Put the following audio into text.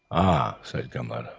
ah, said gimblet,